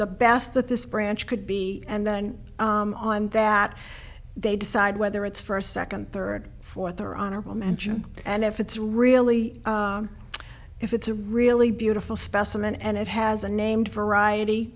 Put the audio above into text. the best that this branch could be and then that they decide whether it's first second third fourth or honorable mention and if it's really if it's a really beautiful specimen and it has a name variety